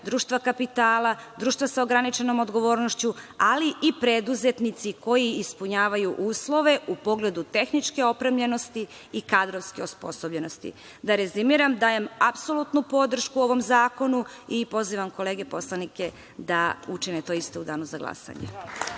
društvo kapitala, društva sa ograničenom odgovornošću, ali i preduzetnici koji ispunjavaju uslove u pogledu tehničke opremljenosti i kadrovske osposobljenosti. Da rezimiram, dajem apsolutnu podršku ovom zakonu i pozivam kolege poslanike da učine to isto u danu za glasanje.